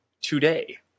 today